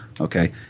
Okay